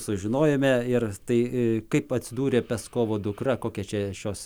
sužinojome ir tai kaip atsidūrė peskovo dukra kokia čia šios